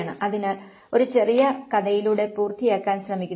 അതിനാൽ ഒരു ചെറിയ കഥയിലൂടെ പൂർത്തിയാക്കാൻ ശ്രമിക്കുന്നു